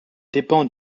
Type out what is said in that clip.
dépend